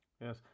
Yes